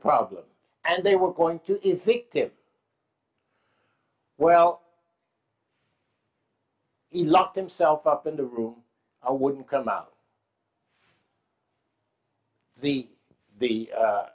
problems and they were going to think tip well he locked himself up in the room i wouldn't come out the the